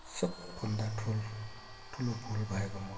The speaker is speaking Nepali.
सबभन्दा ठुल ठुलो भुल भएको म